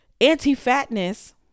anti-fatness